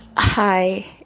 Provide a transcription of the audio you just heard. Hi